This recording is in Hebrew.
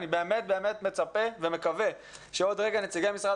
אני באמת מצפה ומקווה שעוד רגע נציגי משרד